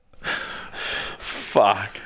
Fuck